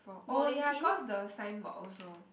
oh ya cause the sign board also